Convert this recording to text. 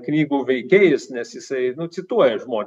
knygų veikėjais nes jisai cituoja žmone